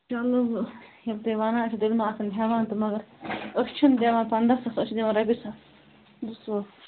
چلو وۅنۍ ییٚلہِ تُہۍ وَنان چھِو تیٚلہِ ما آسان ہٮ۪وان تہٕ مگر أسۍ چھِ نہٕ دِوان پنٛداہ ساس أسۍ چھِ دِوان رۄپیہِ ساس زٕ ژور